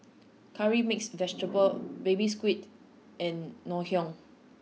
curry mixed vegetable baby squid and Ngoh Hiang